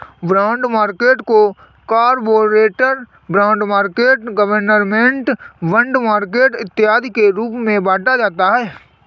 bond market को corporate bond market government bond market इत्यादि के रूप में बांटा जाता है